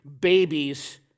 babies